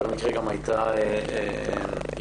ובמקרה גם הייתה יהודייה.